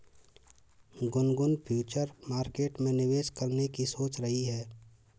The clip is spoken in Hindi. गुनगुन फ्युचर मार्केट में निवेश करने की सोच रही है